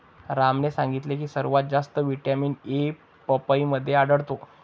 रामने सांगितले की सर्वात जास्त व्हिटॅमिन ए पपईमध्ये आढळतो